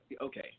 okay